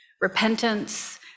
repentance